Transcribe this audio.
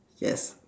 yes